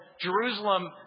Jerusalem